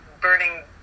burning